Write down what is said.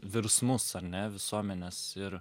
virsmus ar ne visuomenės ir